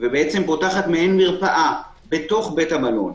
ופותחת מעין מרפאה בתוך בית המלון.